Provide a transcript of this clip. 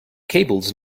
cables